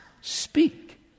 Speak